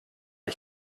ich